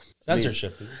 Censorship